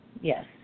Yes